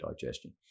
digestion